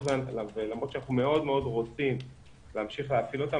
ולמרות שאנחנו מאוד מאוד רוצים להמשיך להפעיל אותם,